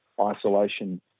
isolation